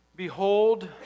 Behold